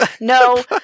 no